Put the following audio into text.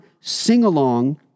sing-along